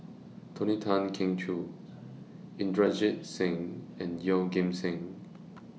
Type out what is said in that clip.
Tony Tan Keng Joo Inderjit Singh and Yeoh Ghim Seng